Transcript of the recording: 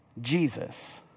Jesus